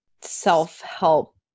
self-help